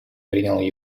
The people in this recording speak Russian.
принял